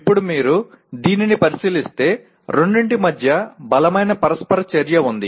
ఇప్పుడు మీరు దీనిని పరిశీలిస్తే రెండింటి మధ్య బలమైన పరస్పర చర్య ఉంది